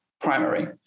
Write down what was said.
primary